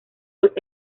los